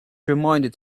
reminded